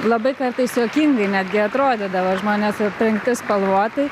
labai kartais juokingai netgi atrodydavo žmonės aprengti spalvotai